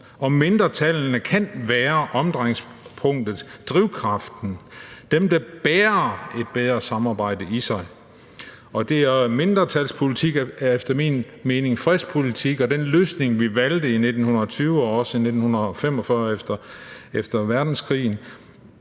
Og mindretallene kan være omdrejningspunktet, drivkraften, dem, der bærer et bedre samarbejde i sig. Mindretalspolitik er efter min mening fredspolitik, og den løsning, vi valgte i 1920 og også i 1945 efter verdenskrigen,